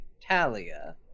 Talia